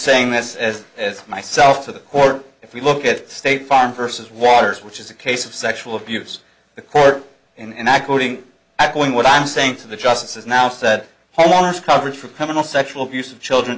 saying this as as myself to the court if we look at state farm versus waters which is a case of sexual abuse the court and i'm going what i'm saying to the justices now said homeowners coverage for criminal sexual abuse of children